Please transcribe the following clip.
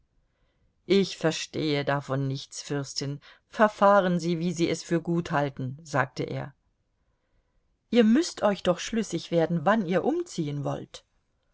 ich verstehe davon nichts fürstin verfahren sie wie sie es für gut halten sagte er ihr müßt euch doch schlüssig werden wann ihr umziehen wollt